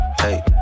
Hey